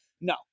no